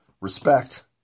respect